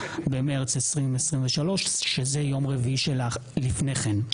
יתקיים ב-29.03.2023, שזה יום רביעי שלפני כן.